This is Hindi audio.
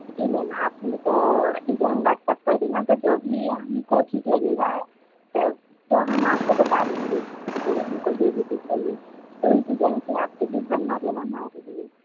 जी मैम आप मेको डिजाइन व्हाटसप कर देना तो जो भी हमको ठीक लगेगा सब तो हम आपको बता देंगे के हमको ये विजिट चाहिए तो डिजाइन से आप बनवा देना हमारे लिए